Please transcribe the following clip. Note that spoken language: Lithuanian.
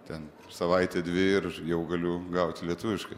ten savaitę dvi ir jau galiu gauti lietuviškai